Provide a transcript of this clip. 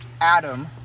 Adam